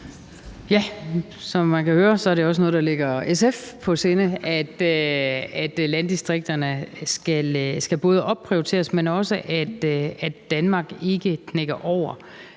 Ja, som man kan høre, er det også noget, der ligger SF på sinde, altså både det, at landdistrikterne skal opprioriteres, men også, at Danmark ikke knækker over.